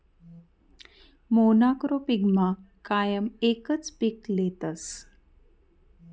मोनॉक्रोपिगमा कायम एकच पीक लेतस